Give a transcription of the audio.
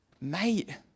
mate